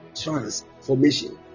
Transformation